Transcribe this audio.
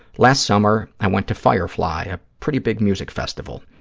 last summer, i went to firefly, a pretty big music festival.